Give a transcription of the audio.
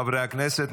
חברי הכנסת,